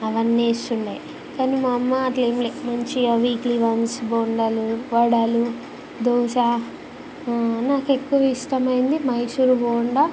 అవన్నేసున్నాయి కానీ మా అమ్మ అట్లా ఏంలే మంచిగా వీక్లీ వన్స్ బొండాలు వడలు దోశ నాకెక్కువ ఇష్టమయినది మైసూర్ బోండా